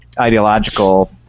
ideological